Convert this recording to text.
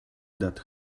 that